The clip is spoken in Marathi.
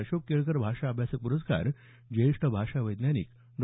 अशोक केळकर भाषा अभ्यासक प्रस्कार ज्येष्ठ भाषा वैज्ञानिक डॉ